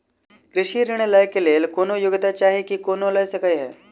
कृषि ऋण लय केँ लेल कोनों योग्यता चाहि की कोनो लय सकै है?